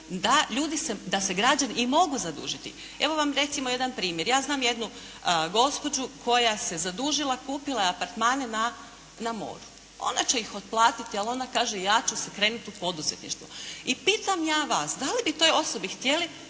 da se građani mogu zadužiti. Evo vam recimo jedan primjer. Ja znam jednu gospođu koja se zadužila, kupila je apartmane na moru. Ona će ih otplatiti, ali ona kaže ja ću se krenut u poduzetništvu. I pitam ja vas da li bi toj osobi htjeli,